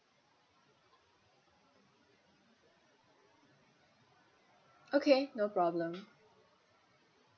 okay no problem